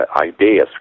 ideas